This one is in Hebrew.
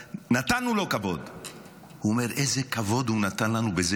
הוא אמר: איזה כבוד הוא נתן לנו בזה